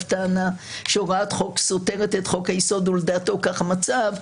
טענה שהוראת חוק סותרת את חוק היסוד ולדעתו כך המצב,